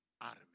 army